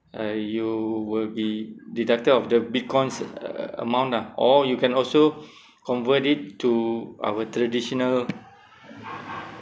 uh you will be deducted of the Bitcoins uh amount lah or you can also convert it to our traditional